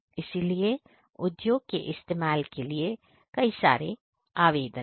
इसीलिए उद्योग के इस्तेमाल के लिए कई सारे आवेदन है